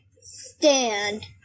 stand